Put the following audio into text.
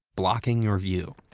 blocking your view.